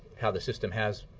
how the system has